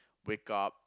wake up